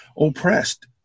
oppressed